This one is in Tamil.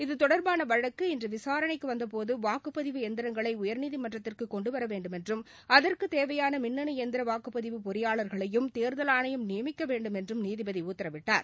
இது தொடர்பான வழக்கு இன்று விசாணைக்கு வந்தபோது வாக்குப்பதிவு எந்திரங்களை உயர்நீதிமன்றத்திற்கு கொண்டுவர வேண்டுமென்றும் அதற்கு தேவையான மின்னணு எந்திர வாக்குப்பதிவு பொறியாளர்களையும் தேர்தல் ஆனையம் நியமிக்க வேண்டுமென்றம் நீதிபதி உத்தரவிட்டார்